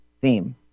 theme